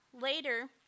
Later